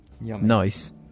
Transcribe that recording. nice